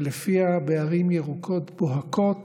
שלפיה בערים ירוקות בוהקות